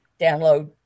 download